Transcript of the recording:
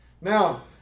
Now